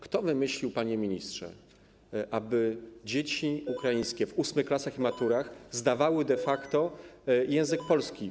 Kto wymyślił, panie ministrze, aby dzieci ukraińskie w ósmych klasach i na maturach zdawały de facto język polski?